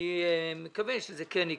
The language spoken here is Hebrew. אני מקווה שזה כן יקרה.